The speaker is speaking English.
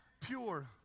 pure